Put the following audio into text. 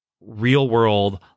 real-world